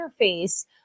interface